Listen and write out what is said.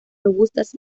robustas